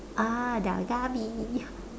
ah ddalk-galbi